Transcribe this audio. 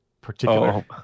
particular